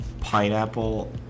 pineapple